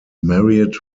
married